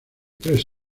tres